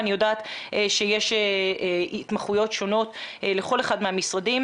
אני יודעת שיש התמחויות שונות לכל אחד מהמשרדים.